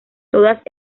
todas